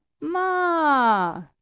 ma